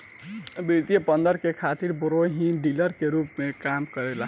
वित्तीय प्रबंधन करे खातिर ब्रोकर ही डीलर के रूप में काम करेलन